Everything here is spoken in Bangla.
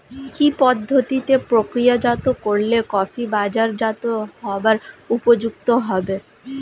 কি পদ্ধতিতে প্রক্রিয়াজাত করলে কফি বাজারজাত হবার উপযুক্ত হবে?